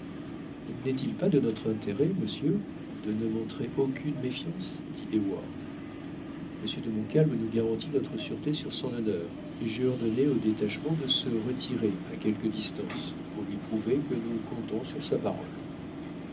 n'est-il pas de notre intérêt monsieur de ne montrer aucune méfiance dit heyward monsieur de montcalm nous garantit notre sûreté sur son honneur et j'ai ordonné au détachement de se retirer à quelque distance pour lui prouver que nous comptons sur sa parole